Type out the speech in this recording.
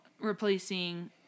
replacing